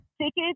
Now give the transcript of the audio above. Tickets